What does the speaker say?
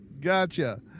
Gotcha